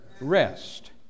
rest